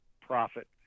profit